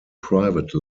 private